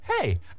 Hey